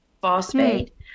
phosphate